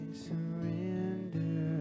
surrender